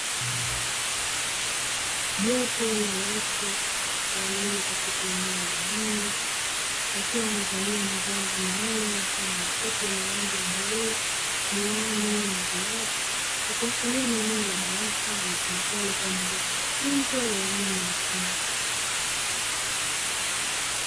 Jopo la watu walio katika eneo la ndani, wakiwa wamevalia mavazi maalumu mfano wa makoti yenye rangi ya bluu, miwani na glavu. Ikiashiria ni eneo la darasa litumikalo kwa ajili ya mafunzo ya elimu ya ufundi.